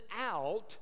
out